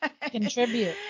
Contribute